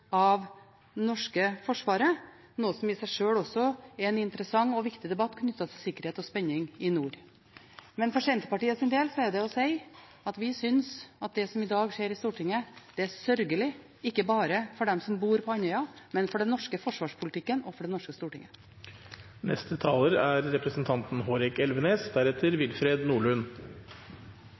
av det norske forsvaret? Det er i seg sjøl også en interessant og viktig debatt knyttet til sikkerhet og spenning i nord. For Senterpartiets del er det å si at vi synes at det som i dag skjer i Stortinget, er sørgelig, ikke bare for dem som bor på Andøya, men også for den norske forsvarspolitikken og for det norske stortinget. Mye er